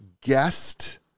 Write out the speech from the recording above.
guest